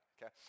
Okay